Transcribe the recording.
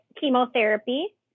chemotherapy